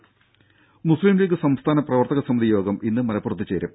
രുര Muslim League സംസ്ഥാന പ്രവർത്തക സമിതി യോഗം ഇന്ന് മലപ്പുറത്ത് ചേരും